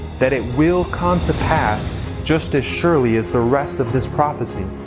that it will come to pass just as surely as the rest of this prophecy.